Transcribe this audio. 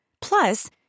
Plus